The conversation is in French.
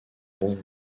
bon